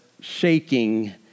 shaking